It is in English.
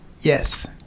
Yes